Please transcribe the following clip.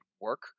work